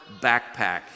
backpack